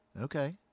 Okay